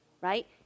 right